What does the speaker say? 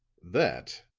that,